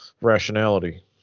rationality